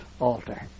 altar